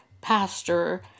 pastor